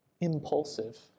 impulsive